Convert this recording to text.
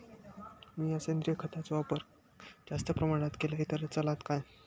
मीया सेंद्रिय खताचो वापर जास्त प्रमाणात केलय तर चलात काय?